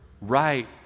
right